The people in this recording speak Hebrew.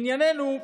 לענייננו,